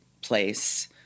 place